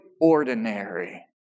ordinary